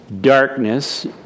darkness